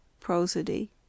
Prosody